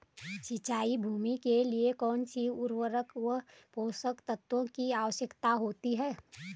सिंचित भूमि के लिए कौन सी उर्वरक व पोषक तत्वों की आवश्यकता होती है?